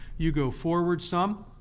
you go forward some,